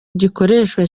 gikoreshwa